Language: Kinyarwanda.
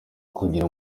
kugira